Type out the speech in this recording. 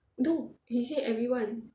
no he say everyone